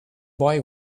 boy